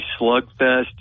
slugfest